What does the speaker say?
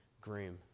groom